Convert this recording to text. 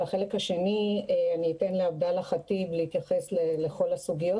לחלק השני אתן לעבדאללה ח'טיב להתייחס לכל הסוגיות